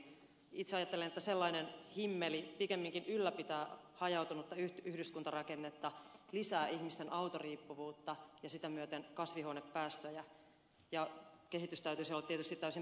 itse ajattelen että sellainen himmeli pikemminkin ylläpitää hajautunutta yhdyskuntarakennetta lisää ihmisten autoriippuvuutta ja sitä myöten kasvihuonepäästöjä ja kehityksen täytyisi olla tietysti täysin päinvastainen